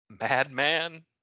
madman